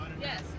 Yes